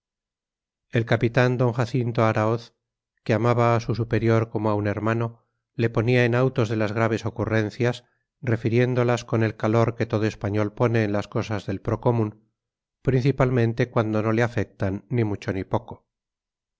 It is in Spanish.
el capitán d jacinto araoz que amaba a su superior como a un hermano le ponía en autos de las graves ocurrencias refiriéndolas con el calor que todo español pone en las cosas del procomún principalmente cuando no le afectan ni mucho ni poco